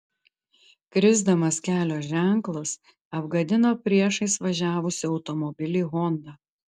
krisdamas kelio ženklas apgadino priešais važiavusį automobilį honda